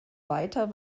weiter